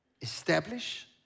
establish